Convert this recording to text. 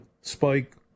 spike